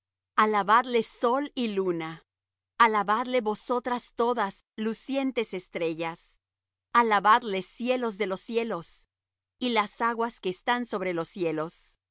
alabadle sol y luna alabadle vosotras todas lucientes estrellas alabadle cielos de los cielos y las aguas que están sobre los cielos